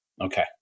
Okay